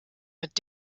mit